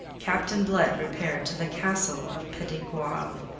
captain blood repaired to the castle of petit goave,